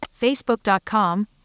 Facebook.com